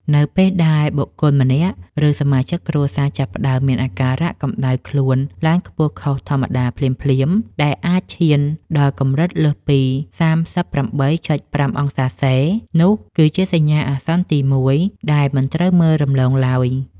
នៅពេលដែលបុគ្គលម្នាក់ ឬសមាជិកគ្រួសារចាប់ផ្តើមមានអាការៈកម្ដៅខ្លួនឡើងខ្ពស់ខុសធម្មតាភ្លាមៗ ដែលអាចឈានដល់កម្រិតលើសពី ៣៨.៥ អង្សាសេ នោះគឺជាសញ្ញាអាសន្នទីមួយដែលមិនត្រូវមើលរំលងឡើយ។